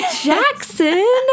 Jackson